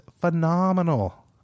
phenomenal